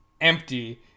empty